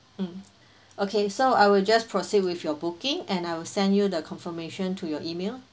mm okay so I will just proceed with your booking and I will send you the confirmation to your email